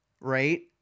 right